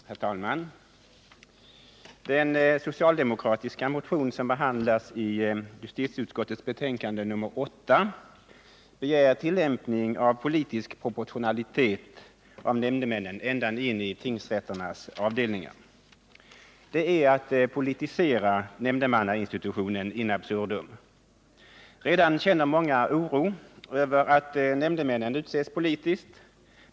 Herr talman! I den socialdemokratiska motion som behandlas i justitieutskottets betänkande nr 8 begärs tillämpning av politisk proportionalitet av nämndemännen ända in i.tingsrätternas avdelningar. Detta är att politisera nämndemannainstitutionen.in absurdum. Redan känner många oro över att nämndemännen utses politiskt.